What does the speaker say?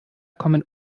kommen